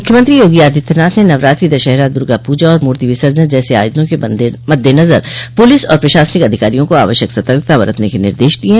मुख्यमंत्री योगी आदित्यनाथ ने नवरात्रि दशहरा दुर्गापूजा और मूर्ति विसजन जैसे आयोजनों के मद्देनजर पुलिस और प्रशासनिक अधिकारियों को आवश्यक सतर्कता बरतने के निर्देश दिये हैं